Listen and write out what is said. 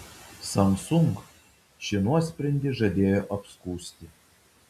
samsung šį nuosprendį žadėjo apskųsti